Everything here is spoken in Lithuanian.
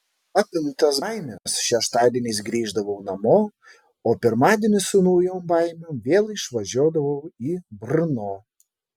apimtas baimės šeštadieniais grįždavau namo o pirmadienį su naujom baimėm vėl išvažiuodavau į brno